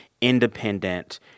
independent